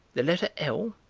the letter l,